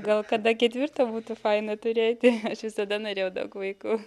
gal kada ketvirtą būtų faina turėti aš visada norėjau daug vaikų